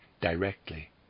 directly